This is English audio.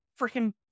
freaking